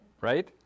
Right